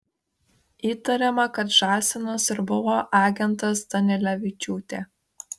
įtariama kad žąsinas ir buvo agentas danilevičiūtė